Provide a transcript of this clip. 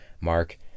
mark